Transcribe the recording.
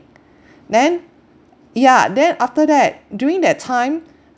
then yeah then after that during that time